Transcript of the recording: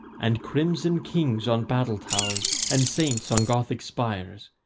and crimson kings on battle-towers, and saints on gothic spires,